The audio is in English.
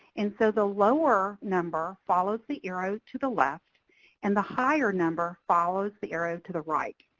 and so the lower number follows the arrow to the left and the higher number follows the arrow to the right.